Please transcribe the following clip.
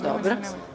Dobro.